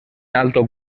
alto